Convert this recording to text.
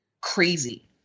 crazy